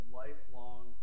lifelong